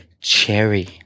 cherry